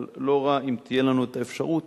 אבל לא רע אם תהיה לנו את האפשרות,